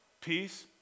peace